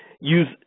Use